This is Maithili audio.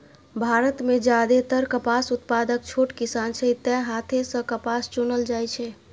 भारत मे जादेतर कपास उत्पादक छोट किसान छै, तें हाथे सं कपास चुनल जाइ छै